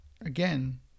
again